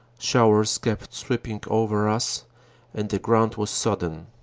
showers kept sweeping over us and the ground was sodden,